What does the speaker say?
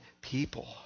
people